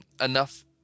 enough